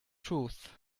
truth